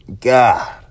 God